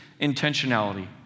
intentionality